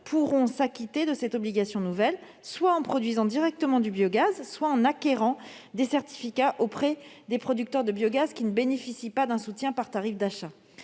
pourront s'acquitter de cette obligation nouvelle, soit en produisant directement du biogaz, soit en acquérant des certificats auprès de producteurs qui ne bénéficient pas d'un soutien par tarifs d'achat.